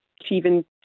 achieving